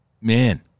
man